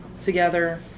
together